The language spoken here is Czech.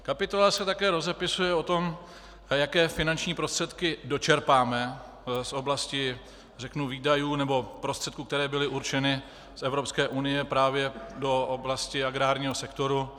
Kapitola se také rozepisuje o tom, jaké finanční prostředky dočerpáme z oblasti výdajů nebo prostředků, které byly určeny z Evropské unie právě do oblasti agrárního sektoru.